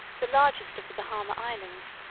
the largest of the bahama islands.